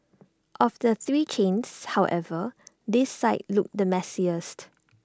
of the three chains however this site looks the messiest